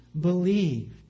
believed